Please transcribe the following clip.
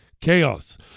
chaos